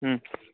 ಹ್ಞೂ